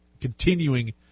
Continuing